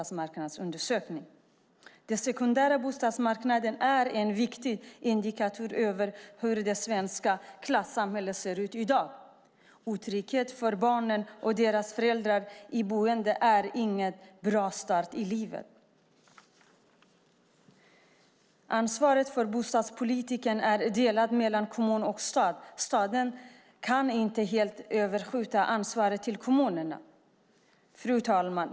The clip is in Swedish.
Den sekundära bostadsmarknaden är en viktig indikator på det svenska klassamhället i dag. Otryggheten i boendet för barnen och deras föräldrar är ingen bra start i livet. Ansvaret för bostadspolitiken är delat mellan kommun och stat. Staten kan inte helt överskjuta ansvaret till kommunerna. Fru talman!